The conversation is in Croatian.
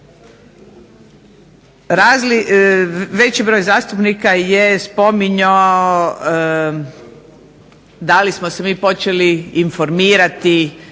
Veći broj zastupnika je spominjao, da li smo se mi počeli informirati